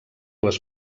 les